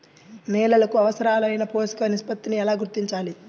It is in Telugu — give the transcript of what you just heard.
నేలలకు అవసరాలైన పోషక నిష్పత్తిని ఎలా గుర్తించాలి?